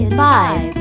five